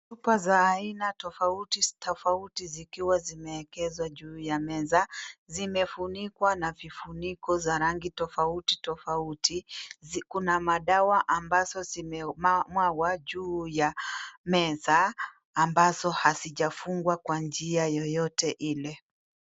Chupa za aina tofauti tofauti zikiwa zimeekezwa juu ya meza. Zimefunikwa na vifuniko za rangi tofauti tofauti. Kuna madawa ambazo zimemwagwa juu ya meza ambazo hazijafungwa kwa njia yoyote ile.